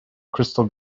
crystal